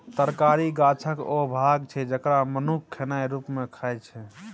तरकारी गाछक ओ भाग छै जकरा मनुख खेनाइ रुप मे खाइ छै